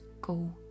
go